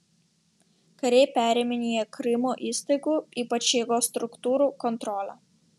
kariai periminėja krymo įstaigų ypač jėgos struktūrų kontrolę